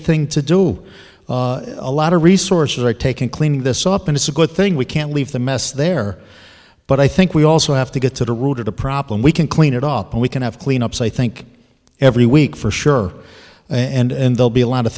thing to do a lot of resources are taken cleaning this up and it's a good thing we can't leave the mess there but i think we also have to get to the root of the problem we can clean it up and we can have clean ups i think every week for sure and they'll be a lot of